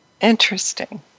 Interesting